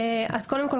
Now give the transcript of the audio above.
קודם כל,